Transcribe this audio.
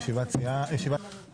(הישיבה נפסקה בשעה 13:45 ונתחדשה בשעה